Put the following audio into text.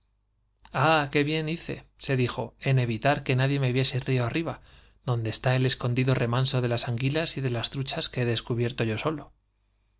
ah j qué bien hice se dijo en evitar que nadie me viese río arriba donde está el escondido remanso de las anguilas y de las truchas que he des cubierto yo solo